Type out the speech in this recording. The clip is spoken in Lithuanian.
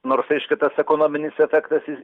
nors aišku tas ekonominis efektas jis